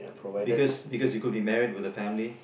because because you could be married with a family